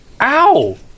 Ow